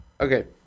okay